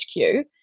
HQ